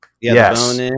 yes